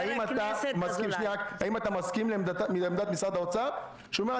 האם אתה מסכים לעמדת משרד האוצר שהוא אומר,